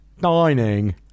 Dining